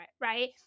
right